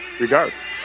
Regards